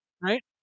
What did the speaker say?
Right